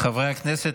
חברי הכנסת,